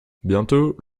bientôt